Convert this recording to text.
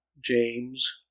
James